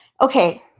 Okay